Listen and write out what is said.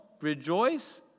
rejoice